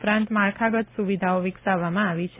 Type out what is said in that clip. ઉપરાંત માળખાગત સુવિધાઓ વિકસાવવામાં આવી છે